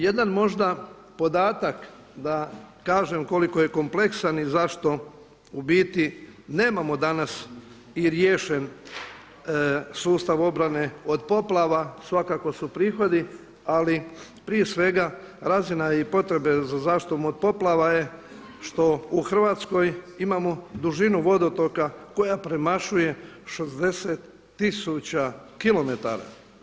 Jedan možda podatak da kažem koliko je kompleksan i zašto u biti nemamo danas i riješen sustav obrane od poplava, svakako su prihodi ali prije svega razina je i potrebe za zaštitom od poplava je što u Hrvatskoj imamo dužinu vodotoka koja premašuje 60 tisuća kilometara.